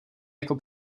jako